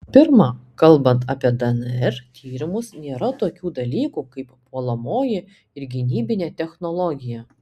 pirma kalbant apie dnr tyrimus nėra tokių dalykų kaip puolamoji ir gynybinė technologija